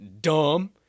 dumb